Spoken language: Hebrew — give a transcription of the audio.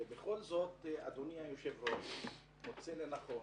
אבל בכל זאת אדוני היושב-ראש מוצא לנכון,